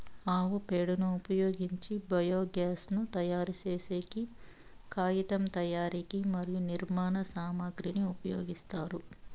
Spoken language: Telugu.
ఆవు పేడను ఉపయోగించి బయోగ్యాస్ ను తయారు చేసేకి, కాగితం తయారీకి మరియు నిర్మాణ సామాగ్రి కి ఉపయోగిస్తారు